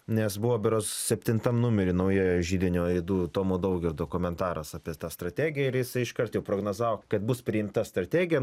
nes buvo berods septintam numery naujojo židinio aidų tomo daugirdo komentaras apie tą strategiją ir jisai iškart jau prognozavo kad bus priimta strategija